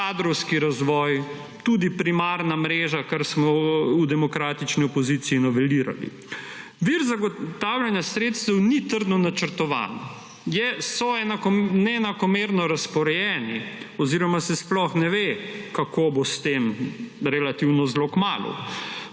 kadrovski razvoj, tudi primarna mreža, kar smo v demokratični opoziciji novelirali. Vir zagotavljanja sredstev ni trdno načrtovan, neenakomerno razporejen oziroma se sploh ne ve, kako bo s tem relativno zelo kmalu.